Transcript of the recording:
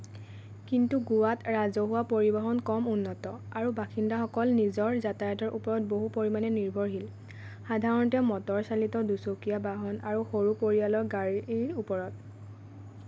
কিন্তু গোৱাত ৰাজহুৱা পৰিবহণ কম উন্নত আৰু বাসিন্দাসকল নিজৰ যাতায়তৰ ওপৰত বহু পৰিমাণে নিৰ্ভৰশীল সাধাৰণতে মটৰচালিত দুচকীয়া বাহন আৰু সৰু পৰিয়ালৰ গাড়ীৰ ওপৰত